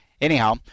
Anyhow